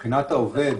מבחינת העובד,